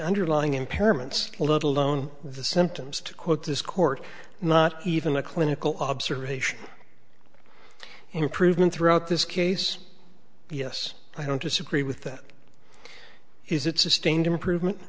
underlying impairments little known the symptoms to quote this court not even a clinical observation improvement throughout this case yes i don't disagree with that is it sustained improvement